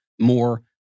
more